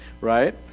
right